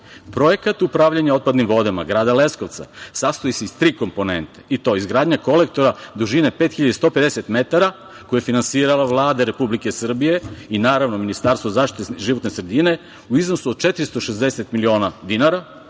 Projekat upravlja otpadnim vodama grada Leskovca sastoji se iz tri komponente i to – izgradnja kolektora dužine 5.150 metara koju je finansirala Vlada Republike Srbije i naravno Ministarstvo za zaštitu životne sredine u iznosu od 460 miliona dinara,